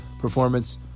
performance